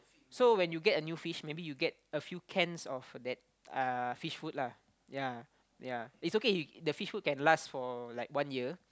so when you get a new fish maybe you get a few cans of that uh fish food lah ya ya it's okay the fish food can last for like one year